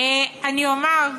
אומר,